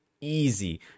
easy